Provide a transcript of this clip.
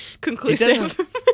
conclusive